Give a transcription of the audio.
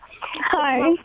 Hi